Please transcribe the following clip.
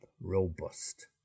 robust